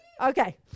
Okay